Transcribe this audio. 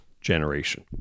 generation